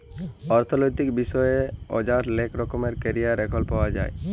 অথ্থলৈতিক বিষয়ে অযায় লেক রকমের ক্যারিয়ার এখল পাউয়া যায়